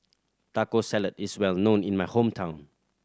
Taco Salad is well known in my hometown